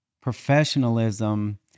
Professionalism